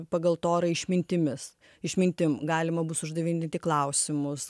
pagal torą išmintimis išmintim galima bus uždavinėti klausimus